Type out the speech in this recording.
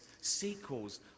sequels